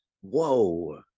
Whoa